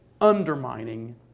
undermining